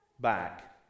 back